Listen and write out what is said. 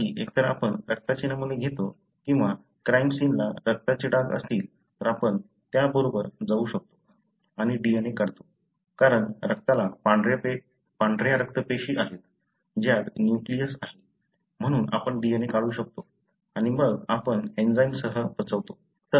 त्यासाठी एकतर आपण रक्ताचे नमुने घेतो किंवा क्राईम सीनला रक्ताचे डाग असतील तर आपण त्याबरोबर जाऊ शकतो आणि DNA काढू शकतो कारण रक्ताला पांढऱ्या रक्तपेशी आहेत ज्यात न्यूक्लियस आहे म्हणून आपण DNA काढू शकतो आणि मग आपण एंजाइमसह पचवतो